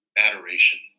adoration